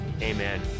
amen